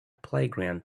playground